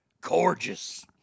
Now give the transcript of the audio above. gorgeous